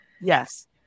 Yes